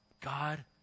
God